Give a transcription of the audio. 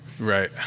Right